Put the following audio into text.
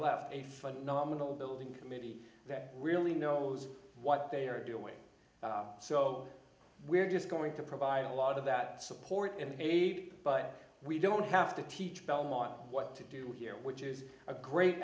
left a phenomenal building committee that really knows what they are doing so we're just going to provide a lot of that support and need but we don't have to teach belmont what to do here which is a great